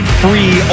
free